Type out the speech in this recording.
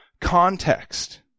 context